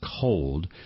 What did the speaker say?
cold